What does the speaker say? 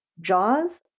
jaws